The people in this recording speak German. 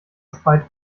speit